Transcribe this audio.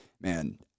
man